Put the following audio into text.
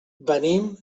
venim